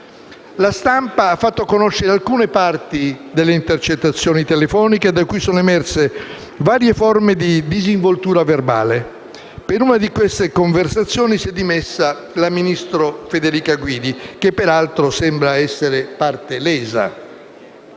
La stampa ha fatto conoscere alcune parti delle intercettazioni telefoniche da cui sono emerse varie forme di disinvoltura verbale e per una di queste conversazioni si è dimessa la ministra Federica Guidi, che peraltro sembra essere parte lesa.